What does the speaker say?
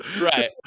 Right